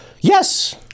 Yes